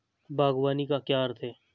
बागवानी का क्या अर्थ है?